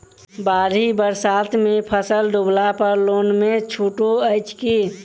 बाढ़ि बरसातमे फसल डुबला पर लोनमे छुटो अछि की